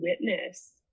witness